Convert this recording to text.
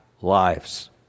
lives